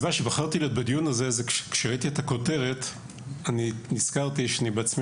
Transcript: בחרתי להיות בדיון הזה כי ראיתי את הכותרת ונזכרתי שאני בעצמי